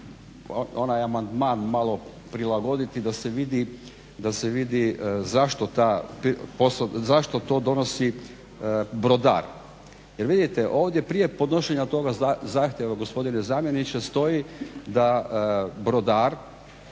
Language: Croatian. onaj amandman malo prilagoditi da se vidi zašto to donosi brodar. Jer vidite ovdje prije podnošenja toga zahtjeva gospodine zamjeniče stoji da brodar